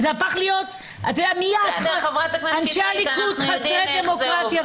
וזה תואם גם את הנתונים שאנחנו רואים.